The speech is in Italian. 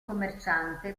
commerciante